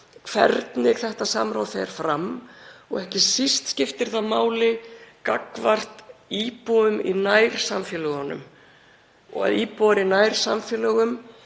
hvernig þetta samráð fer fram og ekki síst skiptir það máli gagnvart íbúum í nærsamfélögunum. Ef íbúar í nærsamfélögunum